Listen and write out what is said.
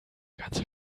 ganze